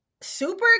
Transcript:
super